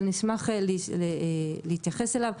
אבל נשמח להתייחס אליו.